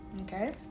okay